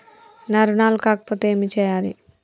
నా రుణాలు కాకపోతే ఏమి చేయాలి?